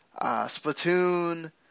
Splatoon